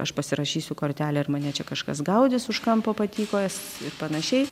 aš pasirašysiu kortelę ir mane čia kažkas gaudys už kampo patykojęs ir panašiai